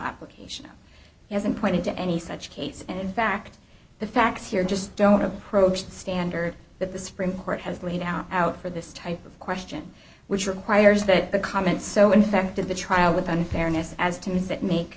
application doesn't point to any such case and in fact the facts here just don't approach standard that the supreme court has laid out out for this type of question which requires that a comment so infected the trial with unfairness as to use it make